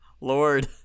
Lord